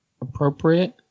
appropriate